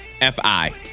F-I